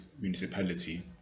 municipality